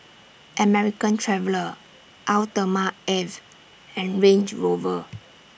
American Traveller Eau Thermale Avene and Range Rover